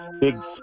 big